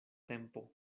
tempo